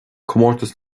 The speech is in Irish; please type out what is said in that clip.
comórtas